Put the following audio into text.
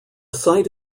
site